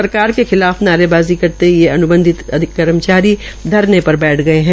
सरकार के खिलाफ नारेबाजी करते हुए ये अन्बंधित कर्मचारी धरने पर बैठे गये है